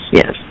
yes